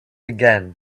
again